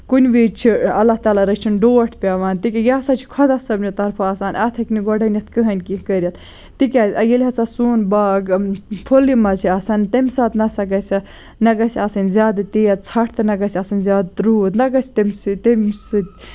کُنہِ وِزِ چھُ اللہ تعالیٰ رٔچھِنۍ ڈوٹھ پیوان یہِ ہسا چھُ خۄدا صٲبنہِ طرفہٕ آسان اَتھ ہٮ۪کہِ نہٕ گۄڈٕے نِتھ کٕہٕنۍ کیٚنہہ کِٔرتھ تِکیازِ ییٚلہِ ہسا سون باغ پھُلیہِ منٛز چھ آسان تٔمۍ ساتہٕ نسا گژھِ اَتھ نہ گژھِ آسٕنۍ زیادٕ تیز ژَھٹھ تہٕ نہ گژھِ آسٕنۍ زیادٕ روٗد نہ گژھِ تَمہِ سۭتۍ تَمہِ سۭتۍ